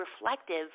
reflective